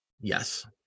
Yes